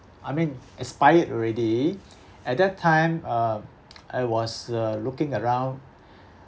I mean expired already at that time(um) I was uh looking around